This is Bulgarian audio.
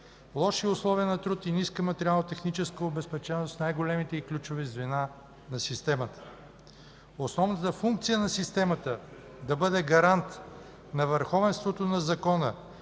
лоши условия на труд и ниска материално-техническа обезпеченост в най-големите и ключови звена на системата. Основната функция на системата да бъде гарант на върховенството на закона